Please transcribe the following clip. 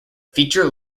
feature